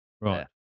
Right